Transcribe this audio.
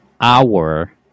hour